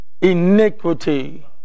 iniquity